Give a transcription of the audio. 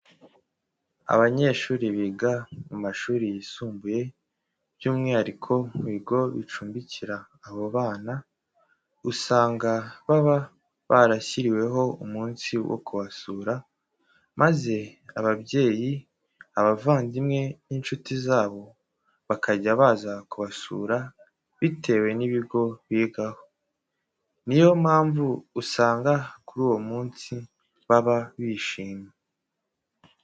Abanyeshuri biga mu mashuri yisumbuye by'umwihariko mu bigo bicumbikira abo bana, usanga baba barashyiriweho umunsi wo kubasura, maze ababyeyi abavandimwe n'inshuti zabo bakajya baza kubasura bitewe n'ibigo bigaho. Ni yo mpamvu usanga kuri uwo munsi baba bishimye.